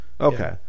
okay